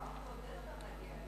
צריך לעודד אותם ללכת לשם.